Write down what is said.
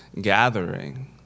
gathering